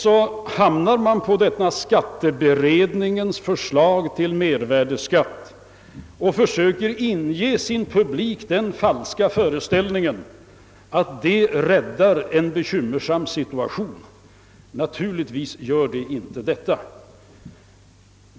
Så hamnar man på skatteberedningens förslag till mervärdeskatt och försöker inge sin publik den falska föreställningen att den räddar en bekymmersam situation. Naturligtvis är det inte fallet.